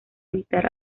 evitar